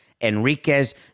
enriquez